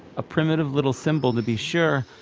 a primitive little symbol, to be sure,